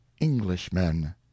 englishmen